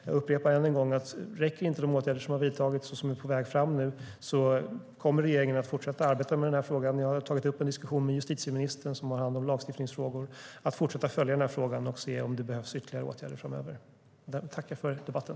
Jag upprepar än en gång att om de åtgärder som har vidtagits och som är på gång nu inte är tillräckliga kommer regeringen att fortsätta att arbeta med frågan. Jag har tagit upp en diskussion med justitieministern, som har hand om lagstiftningsfrågor, om att man ska fortsätta att följa frågan och se om det behövs ytterligare åtgärder framöver. Jag tackar för debatten.